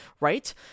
Right